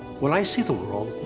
when i see the world,